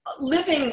living